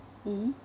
mmhmm